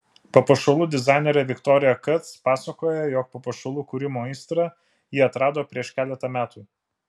papuošalų dizainerė viktorija kac pasakoja jog papuošalų kūrimo aistrą ji atrado prieš keletą metų